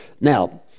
Now